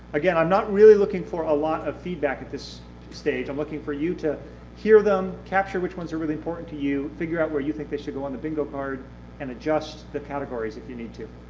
again, i'm not really looking for a lot of feedback at this stage. i'm looking for you to hear them, capture which ones are really important to you, figure out where you think they should go on the bingo card and adjust the categories if you need to.